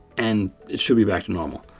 and it should be back to normal.